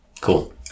cool